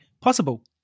possible